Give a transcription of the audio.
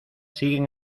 siguen